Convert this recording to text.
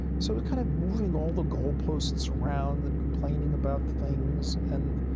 so ah kind of moving all the goalposts around and complaining about things and,